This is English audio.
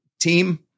team